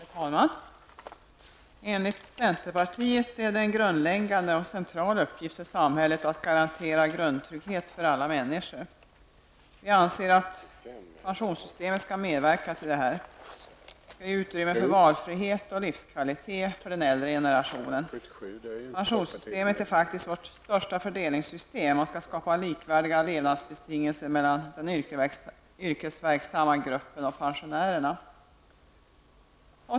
Herr talman! För oss i centerpartiet är det en grundläggande och central uppgift för samhället att garantera alla människor en grundtrygghet. Vi anser att pensionssystemet skall medverka till att så blir fallet. Det skall ge utrymme för valfrihet och livskvalitet för den äldre generationen. Pensionssystemet är faktiskt vårt största fördelningssystem, och syftet med detta är att skapa likvärdiga levnadsbetingelser för dels den yrkesverksamma gruppen, dels pensionärerna.